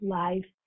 life